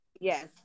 yes